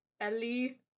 Ellie